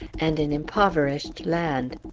and an impoverished land.